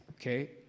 okay